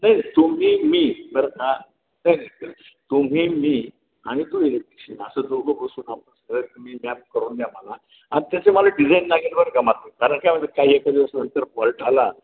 नाही तुम्ही मी बरं का नाही तुम्ही मी आणि तो इलेक्ट्रिशियन असं दोघं बसून आम्ही तुम्ही मॅप करून द्या मला आणि त्याचे मला डिझाईन लागेल बरं का मात्र कारण का म्ह काही एका दिवसानंतर फॉल्ट आला